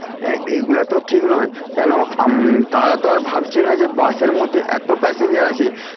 হ্যাঁ এগুলা তো ঠিক নয় কেন আম তারা তো আর ভাবছে না যে বাসের মধ্যে এত প্যাসেঞ্জার আছে